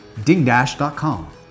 dingdash.com